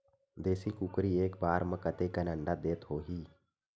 देशी कुकरी एक बार म कतेकन अंडा देत होही?